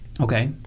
Okay